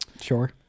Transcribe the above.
Sure